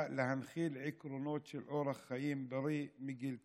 להנחיל עקרונות של אורח חיים בריא מגיל צעיר.